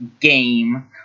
game